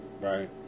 right